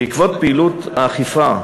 בעקבות פעילות האכיפה,